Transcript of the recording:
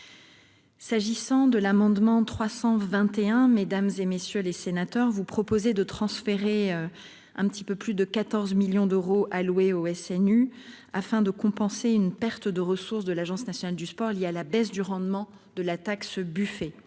S'agissant de l'amendement n° II-361, monsieur le sénateur, vous proposez de transférer quelque 14 millions d'euros alloués au SNU, afin de compenser une perte de ressources de l'Agence nationale du sport due à la baisse du rendement de la taxe Buffet.